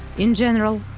in general,